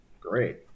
Great